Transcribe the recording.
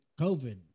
COVID